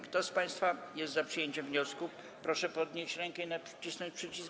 Kto z państwa jest za przyjęciem wniosku, proszę podnieść rękę i nacisnąć przycisk.